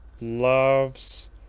loves